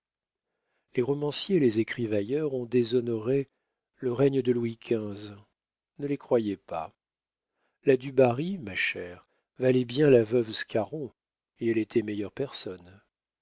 les romanciers et les écrivailleurs ont déshonoré le règne de louis xv ne les croyez pas la dubarry ma chère valait bien la veuve scarron et elle était meilleure personne